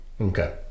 okay